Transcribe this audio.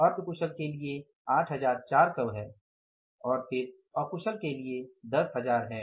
अर्ध कुशल के लिए 8400 है और फिर अकुशल के लिए 10000 है